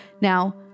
Now